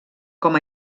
com